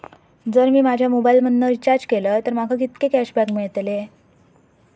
जर मी माझ्या मोबाईल मधन रिचार्ज केलय तर माका कितके कॅशबॅक मेळतले?